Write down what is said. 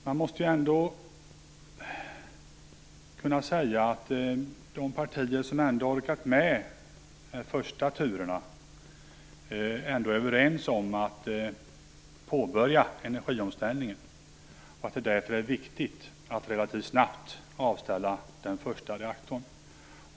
Men de partier som orkat med de första turerna är ändå överens om att påbörja energiomställningen och om att det därför är viktigt att relativt snabbt avställa den första reaktorn.